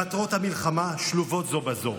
מטרות המלחמה שלובות זו בזו: